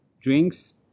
drinks